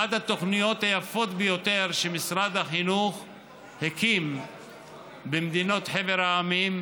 אחת התוכניות היפות ביותר שמשרד החינוך הקים במדינות חבר העמים.